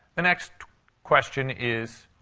the next question is,